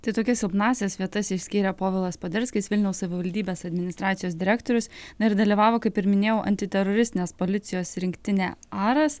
tai tokias silpnąsias vietas išskyrė povilas poderskis vilniaus savivaldybės administracijos direktorius na ir dalyvavo kaip ir minėjau antiteroristinės policijos rinktinė aras